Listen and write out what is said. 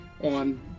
on